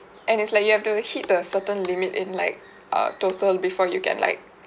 and it's like you have to hit the certain limit in like uh total before you can like